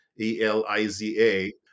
E-L-I-Z-A